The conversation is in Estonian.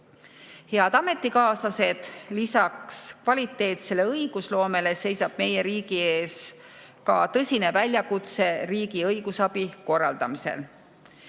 ametikaaslased! Lisaks kvaliteetsele õigusloomele seisab meie riigi ees tõsine väljakutse riigi õigusabi korraldamisel.